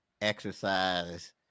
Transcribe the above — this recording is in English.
exercise